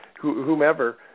whomever